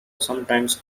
sometimes